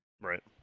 Right